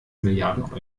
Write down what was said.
milliarden